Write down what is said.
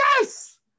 Yes